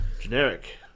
Generic